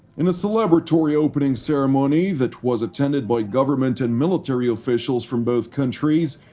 in a celebratory opening-ceremony that was attended by government and military officials from both countries,